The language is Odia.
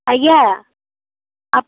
ଆଜ୍ଞା ଆପ